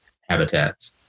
habitats